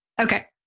Okay